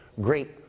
great